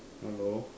hello